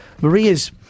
maria's